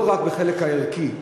לא רק בחלק הערכי,